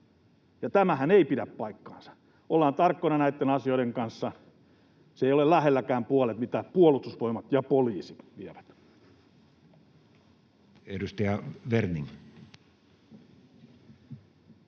ja tämähän ei pidä paikkaansa. Ollaan tarkkoina näiden asioiden kanssa. Se ei ole lähelläkään puolet, mitä Puolustusvoimat ja poliisi vievät.